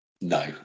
No